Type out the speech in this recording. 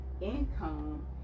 income